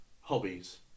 hobbies